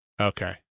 Okay